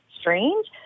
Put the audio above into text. strange